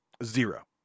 zero